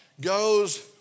goes